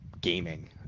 gaming